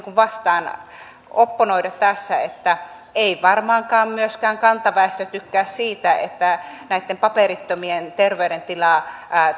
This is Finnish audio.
vastaan opponoida tässä että ei varmaankaan kantaväestö tykkää myöskään siitä että näitten paperittomien terveydentila